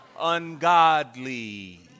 ungodly